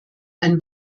ein